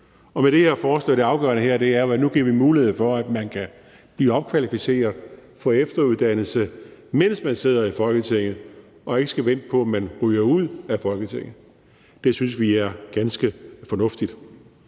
med det her forslag er, at nu giver vi mulighed for, at man kan blive opkvalificeret, få efteruddannelse, mens man sidder i Folketinget, og ikke skal vente på, at man ryger ud af Folketinget. Det synes vi er ganske fornuftigt.